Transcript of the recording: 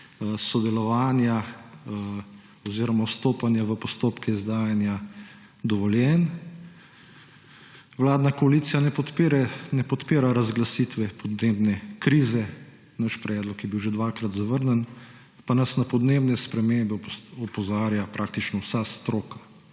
sodelovanja oziroma vstopanje v postopke izdajanja dovoljenj. Vladna koalicija ne podpira razglasitve podnebne krize. Naš predlog je bil že dvakrat zavrnjen, pa nas na podnebne spremembe opozarja praktično vsa stroka.